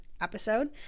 episode